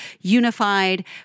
unified